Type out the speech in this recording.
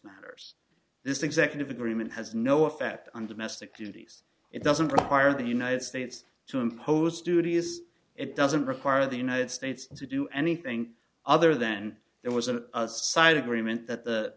matters this executive agreement has no effect on domestic duties it doesn't require the united states to impose duties it doesn't require the united states to do anything other than it was a side agreement that the